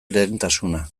lehentasuna